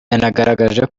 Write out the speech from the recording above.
yanagaragaje